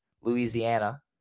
Louisiana